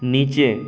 নিচে